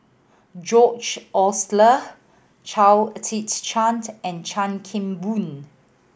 George Oehler Chao Tzee Cheng and Chan Kim Boon